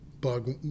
bug